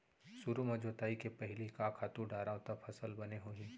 सुरु म जोताई के पहिली का खातू डारव त फसल बने होही?